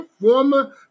former